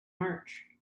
march